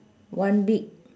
one beak